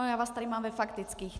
Já vás tady mám ve faktických.